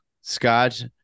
Scott